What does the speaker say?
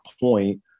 point